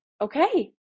okay